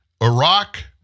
Iraq